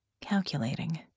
calculating